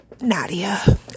Nadia